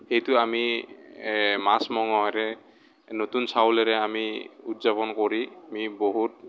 সেইটো আমি মাছ মঙহেৰে নতুন চাউলেৰে আমি উদযাপন কৰি আমি বহুত